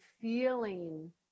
feeling